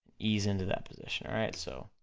ease into that position, alright, so,